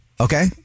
Okay